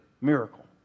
miracle